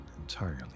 entirely